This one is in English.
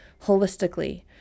holistically